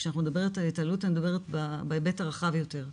כשאני מדברת על התעללות אני מדברת בהיבט הרחב יותר.